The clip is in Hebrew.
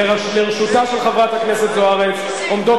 לרשותה של חברת הכנסת זוארץ עומדות